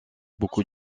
beaucoup